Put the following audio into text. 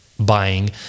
buying